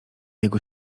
jego